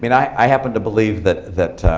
i mean i happen to believe that that